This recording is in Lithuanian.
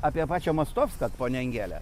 apie pačią mostovską ponia angele